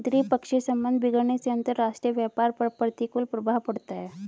द्विपक्षीय संबंध बिगड़ने से अंतरराष्ट्रीय व्यापार पर प्रतिकूल प्रभाव पड़ता है